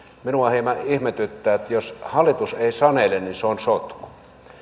minua hieman ihmetyttää että jos hallitus ei sanele niin se on sotku